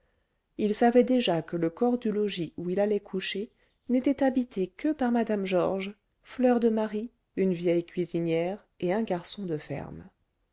il savait déjà que le corps du logis où il allait coucher n'était habité que par mme georges fleur de marie une vieille cuisinière et un garçon de ferme